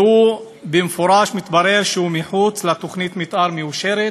ובמפורש התברר שהוא מחוץ לתוכנית המתאר המאושרת.